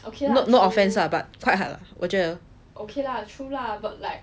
no offence lah but quite hard lah 我觉得